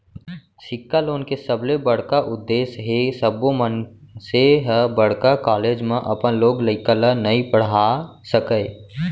सिक्छा लोन के सबले बड़का उद्देस हे सब्बो मनसे ह बड़का कॉलेज म अपन लोग लइका ल नइ पड़हा सकय